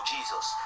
Jesus